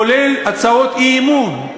כולל להצעות אי-אמון.